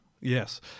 Yes